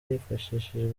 hifashishijwe